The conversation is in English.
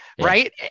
right